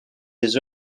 his